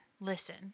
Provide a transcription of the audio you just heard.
Listen